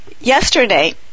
Yesterday